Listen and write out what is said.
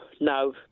no